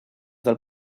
del